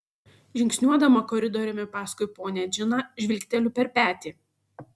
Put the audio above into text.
žingsniuodama koridoriumi paskui ponią džiną žvilgteliu per petį